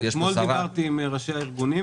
אתמול דיברתי עם ראשי הארגונים.